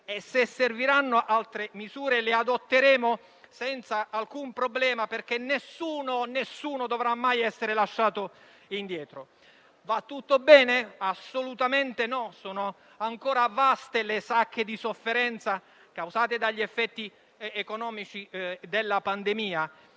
Se serviranno altre misure, le adotteremo senza alcun problema, perché nessuno dovrà mai essere lasciato indietro. Va tutto bene? Assolutamente no: sono ancora vaste le sacche di sofferenza causate dagli effetti economici della pandemia,